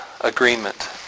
agreement